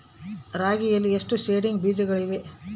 ರಾಗಿಯಲ್ಲಿ ಎಷ್ಟು ಸೇಡಿಂಗ್ ಬೇಜಗಳಿವೆ?